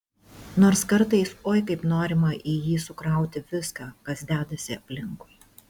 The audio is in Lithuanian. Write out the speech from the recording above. nors kartais oi kaip norima į jį sukrauti viską kas dedasi aplinkui